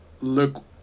look